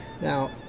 now